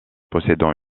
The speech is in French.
possédant